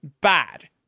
bad